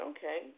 Okay